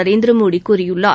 நரேந்திரமோடி கூறியுள்ளார்